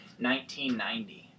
1990